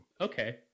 Okay